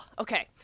Okay